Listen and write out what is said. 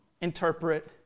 interpret